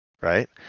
right